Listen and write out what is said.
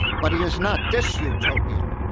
but he is not dis-utopian.